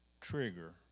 trigger